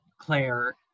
Claire